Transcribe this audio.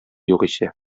югыйсә